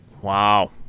wow